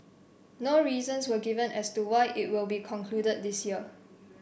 no reasons were given as to why it will be concluded this year